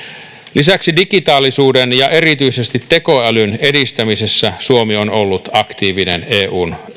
lisäksi digitaalisuuden ja erityisesti tekoälyn edistämisessä suomi on ollut aktiivinen eun